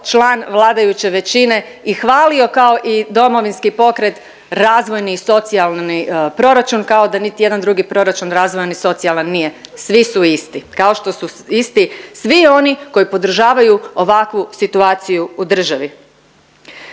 član vladajuće većine i hvalio kao i Domovinski pokret razvojni i socijalni proračun kao da niti jedan drugi proračun razvojan i socijalan nije. Svi su isti kao što su isti svi oni koji podržavaju ovakvu situaciju u državi.